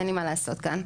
אין לי מה לעשות כאן.